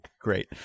great